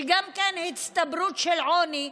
גם כאן יש הצטברות של עוני.